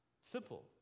Simple